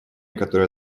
которое